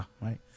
right